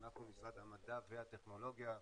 אנחנו משרד המדע והטכנולוגיה,